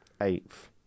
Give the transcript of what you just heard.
eighth